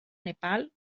nepal